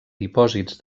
dipòsits